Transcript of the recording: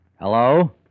Hello